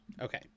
Okay